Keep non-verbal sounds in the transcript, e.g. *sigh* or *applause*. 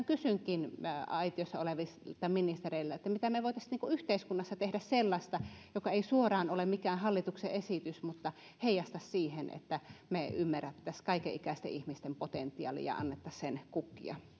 *unintelligible* kysynkin aitiossa olevilta ministereiltä mitä me voisimme yhteiskunnassa tehdä sellaista joka ei suoraan ole mikään hallituksen esitys mutta heijastaisi sitä että me ymmärtäisimme kaikenikäisten ihmisten potentiaalin ja antaisimme sen kukkia